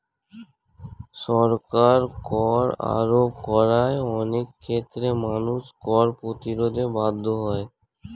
সরকার কর আরোপ করায় অনেক ক্ষেত্রে মানুষ কর প্রতিরোধে বাধ্য হয়